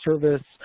service